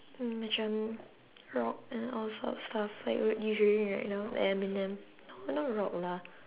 mm macam rock and all sort of stuff like what you hearing right now eminem no not rock lah